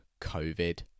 COVID